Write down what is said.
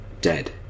Dead